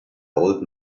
old